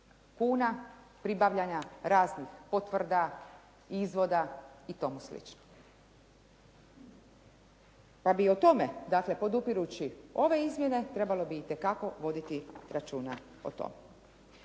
kuna pribavljanja raznih potvrda, izvoda i tome slično. Pa bi o tome dakle podupirući ove izmjene trebalo bi itekako voditi računa o tome.